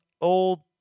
old